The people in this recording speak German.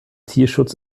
tierschutz